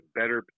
better